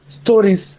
stories